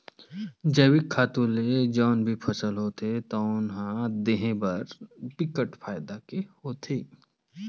जइविक खातू ले जउन भी फसल होथे तउन ह देहे बर बिकट फायदा के होथे